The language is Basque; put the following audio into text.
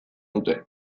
dute